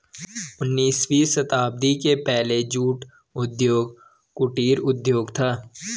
उन्नीसवीं शताब्दी के पहले जूट उद्योग कुटीर उद्योग था